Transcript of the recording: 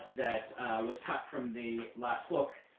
that was cut from the last book,